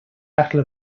battle